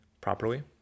properly